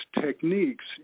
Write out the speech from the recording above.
techniques